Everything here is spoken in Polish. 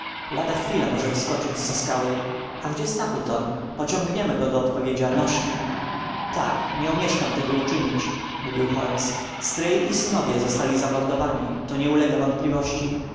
lada chwila może wyskoczyć z za skały a gdzie stapleton pociągniemy go do odpowiedzialności tak nie omieszkam tego uczynić mówił holmes stryj i synowie zostali zamordowani to nie ulega wątpliwości